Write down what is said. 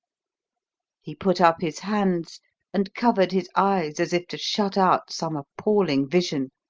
he put up his hands and covered his eyes as if to shut out some appalling vision,